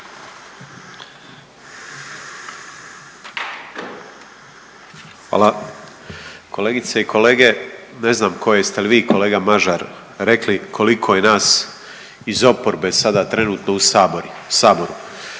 Hvala. Kolegice i kolege, ne znam tko, jeste li vi, kolega Mažar rekli koliko je nas iz oporbe sada trenutno u Saboru.